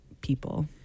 people